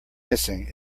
missing